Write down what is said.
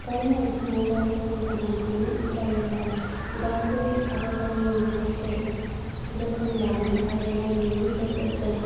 गावनि आयथिंआव गाव गसंथानो हानाय जायोब्ला गावखौ आरो गावनि नखरखौ जोथोन लानाय आरो नायनायनि गेजेरजों